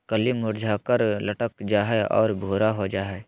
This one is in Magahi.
कली मुरझाकर लटक जा हइ और भूरा हो जा हइ